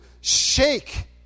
shake